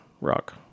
rock